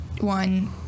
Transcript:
one